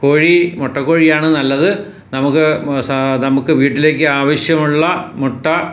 കോഴി മുട്ടക്കോഴിയാണ് നല്ലത് നമുക്ക് നമുക്ക് വീട്ടിലേക്ക് ആവശ്യമുള്ള മുട്ട